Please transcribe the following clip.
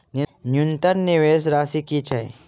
न्यूनतम निवेश राशि की छई?